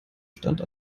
stand